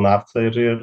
naftą ir ir